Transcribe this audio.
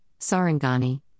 Sarangani